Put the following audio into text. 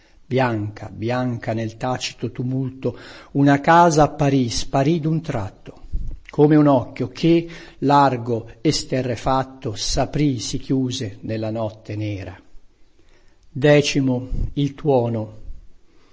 bianca bianca nel tacito tumulto una casa apparì sparì dun tratto come un occhio che largo esterrefatto saprì si chiuse nella notte nera